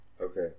Okay